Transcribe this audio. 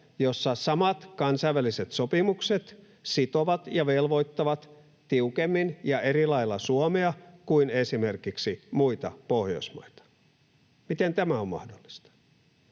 jossa samat kansainväliset sopimukset sitovat ja velvoittavat tiukemmin ja eri lailla Suomea kuin esimerkiksi muita Pohjoismaita. Miten tämä on mahdollista?